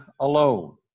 alone